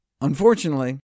Unfortunately